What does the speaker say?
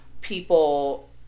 people